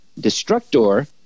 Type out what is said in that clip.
Destructor